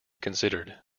considered